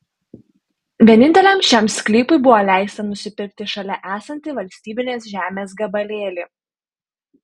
vieninteliam šiam sklypui buvo leista nusipirkti šalia esantį valstybinės žemės gabalėlį